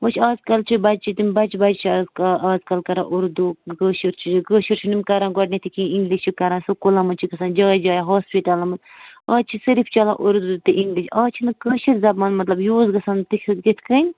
وُچھ اَزکَل چھِ بَچہٕ تِم بَچہٕ چھِ اَزکَا اَزکَل کران اُردو کٲشُر چھِ کٲشُر چھِنہٕ یِم کَران گۄڈٕنٮ۪تھٕے کِہیٖنٛۍ اِنٛگلِش چھِ کران سکوٗلَن منٛز چھِ گژھان جایہِ جایہِ ہاسپِٹَلَن منٛز اَز چھِ صِرف چلان اُردو تہٕ اِنٛگلِش اَز چھِ کٲشِر زبان مطلب یوٗز گژھان تٮُ۪تھ ہِیٛوٗ تِتھٕ کٔنۍ